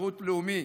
שירות לאומי,